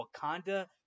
Wakanda